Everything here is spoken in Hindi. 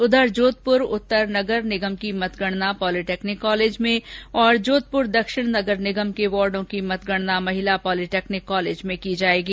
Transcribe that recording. उधर जोधपुर उत्तर नगर निगम की मतगणना पॉलीटेक्निक कॉलेज में तथा जोधपुर दक्षिण नगर निगम के वार्डो की मतगणना महिला पॉलीटेक्निक कॉलेज में होगी